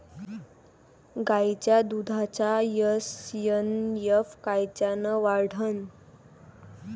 गायीच्या दुधाचा एस.एन.एफ कायनं वाढन?